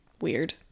weird